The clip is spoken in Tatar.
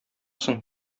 соң